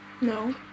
No